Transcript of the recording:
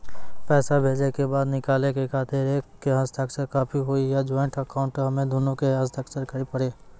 पैसा भेजै के बाद निकाले के खातिर एक के हस्ताक्षर काफी हुई या ज्वाइंट अकाउंट हम्मे दुनो के के हस्ताक्षर करे पड़ी?